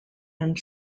end